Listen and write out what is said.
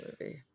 movie